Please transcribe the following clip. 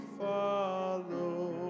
follow